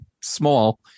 small